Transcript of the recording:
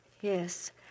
Yes